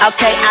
Okay